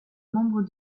membre